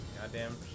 Goddamn